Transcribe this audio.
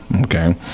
Okay